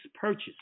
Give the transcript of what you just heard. purchase